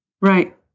Right